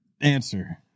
answer